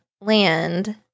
land